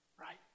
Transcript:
right